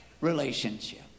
relationship